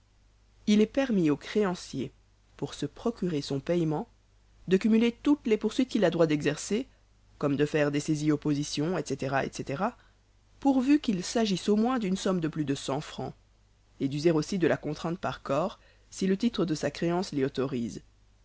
il est permis au créancier pour se procurer son paiement de cumuler toutes les poursuites qu'il a droit d'exercer comme de faire des saisies oppositions etc etc pourvu qu'il s'agisse au moins d'une somme de plus de fr et d'user aussi de la contrainte par corps si le titre de sa créance l'y autorise